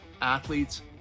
athletes